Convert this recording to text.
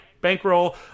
bankroll